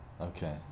okay